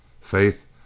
Faith